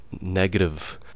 negative